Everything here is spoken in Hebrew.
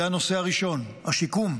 זה הנושא הראשון, השיקום.